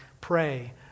pray